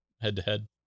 head-to-head